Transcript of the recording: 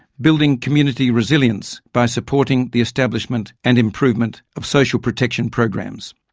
building community resilience by supporting the establishment and improvement of social protection programs.